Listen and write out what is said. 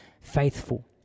faithful